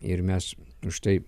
ir mes už tai